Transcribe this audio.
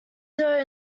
dough